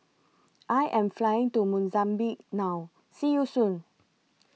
I Am Flying to Mozambique now See YOU Soon